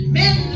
men